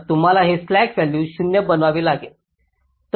तर तुम्हाला हे स्लॅक व्हॅल्यू 0 बनवावे लागेल